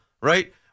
Right